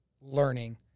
learning